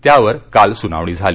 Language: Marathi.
त्यावर काल सुनावणी झाली